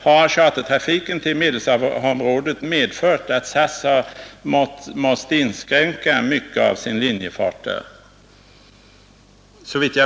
Har chartertrafiken till Medelhavsområdet medfört att SAS har måst inskränka mycket av sin linjefart där?